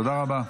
תודה רבה.